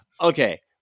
Okay